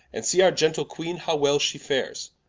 and see our gentle queene how well she fares,